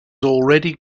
already